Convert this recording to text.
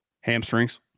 Hamstrings